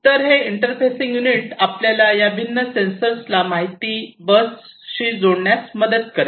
तर हे interfacing unit आपल्याला या भिन्न सेन्सर्सला माहिती बसशी जोडण्यास मदत करेल